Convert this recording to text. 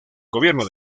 gobierno